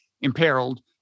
imperiled